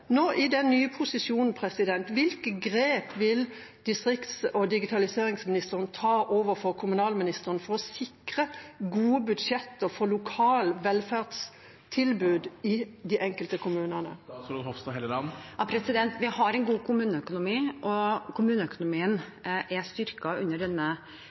Nå i den nye posisjonen: Hvilke grep vil distrikts- og digitaliseringsministeren ta overfor kommunalministeren for å sikre gode budsjetter for lokale velferdstilbud i de enkelte kommunene? Vi har en god kommuneøkonomi, og den er styrket under denne